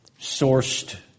sourced